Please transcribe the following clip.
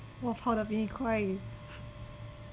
我跑得比你快